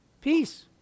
Peace